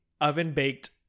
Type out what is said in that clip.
oven-baked